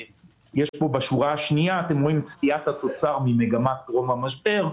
בשורה השנייה אתם רואים את סטיית התוצר ממגמת טרום המשבר,